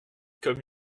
comme